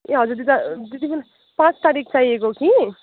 ए हजुर दिदा दिदी मलाई पाँच तारिक चाहिएको हो कि